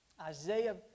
Isaiah